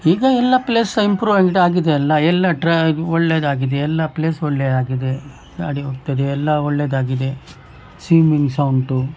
ಈಗ ಎಲ್ಲ ಪ್ಲೇಸ್ ಸಹ ಇಂಪ್ರೂವ್ಮೆಂಟ್ ಆಗಿದೆ ಅಲ್ಲ ಎಲ್ಲ ಟ್ರಾ ಇದು ಒಳ್ಳೆದಾಗಿದೆ ಎಲ್ಲ ಪ್ಲೇಸ್ ಒಳ್ಳೆ ಆಗಿದೆ ಗಾಡಿ ಹೋಗ್ತದೆ ಎಲ್ಲ ಒಳ್ಳೆದಾಗಿದೆ ಸ್ವಿಮ್ಮಿಂಗ್ ಸಹ ಉಂಟು